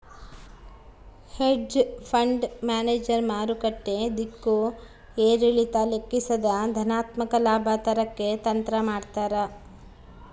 hedge fund manager ಮಾರುಕಟ್ಟೆ ದಿಕ್ಕು ಏರಿಳಿತ ಲೆಕ್ಕಿಸದೆ ಧನಾತ್ಮಕ ಲಾಭ ತರಕ್ಕೆ ತಂತ್ರ ಮಾಡ್ತಾರ